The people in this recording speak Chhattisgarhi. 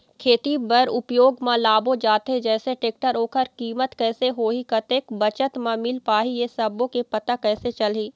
खेती बर उपयोग मा लाबो जाथे जैसे टेक्टर ओकर कीमत कैसे होही कतेक बचत मा मिल पाही ये सब्बो के पता कैसे चलही?